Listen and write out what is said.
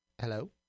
Hello